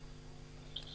בבקשה.